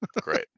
Great